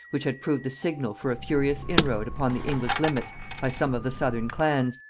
which had proved the signal for a furious inroad upon the english limits by some of the southern clans,